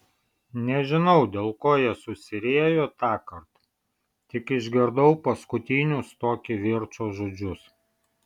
nežinau dėl ko jie susiriejo tąkart tik išgirdau paskutinius to kivirčo žodžius